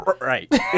right